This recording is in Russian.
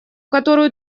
которую